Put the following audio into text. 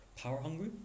power-hungry